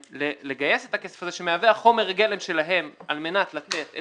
- לגייס את הכסף הזה שמהווה החומר גלם שלהם על מנת לתת את